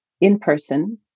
in-person